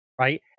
right